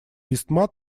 истмат